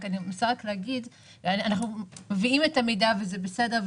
אנחנו מביאים את המידע וזה בסדר,